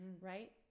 right